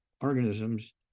organisms